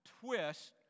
twist